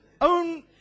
own